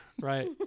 Right